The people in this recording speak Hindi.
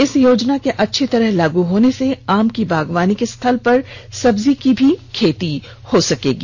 इस योजना के अच्छी तरह लागू होने से आम की बागवानी के स्थल पर सब्जी की भी खेती होगी